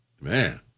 Man